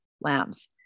lambs